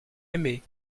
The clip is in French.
aimé